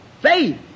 Faith